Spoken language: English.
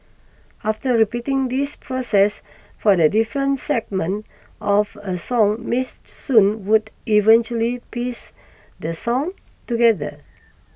after repeating this process for the different segments of a song Miss Soon would eventually piece the song together